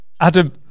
Adam